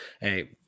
Hey